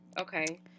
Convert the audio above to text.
Okay